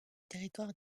territoire